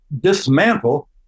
dismantle